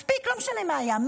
מספיק, לא משנה מה היה.